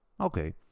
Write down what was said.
Okay